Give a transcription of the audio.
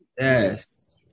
Yes